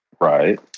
Right